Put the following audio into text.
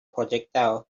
projectile